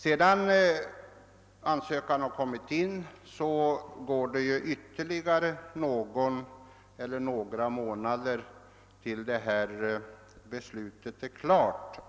Sedan ansökan har kommit in dröjer det någon eller några månader innan beslutet är klart.